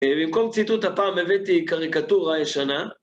במקום ציטוט הפעם הבאתי קריקטורה ישנה.